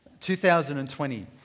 2020